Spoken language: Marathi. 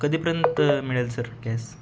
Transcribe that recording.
कधीपर्यंत मिळेल सर गॅस